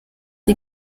the